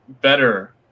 better